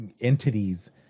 entities